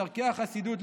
בדרכי החסידות,